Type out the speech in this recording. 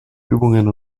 übungen